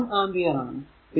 ഇത് 1 ആംപിയർ ആണ്